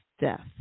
death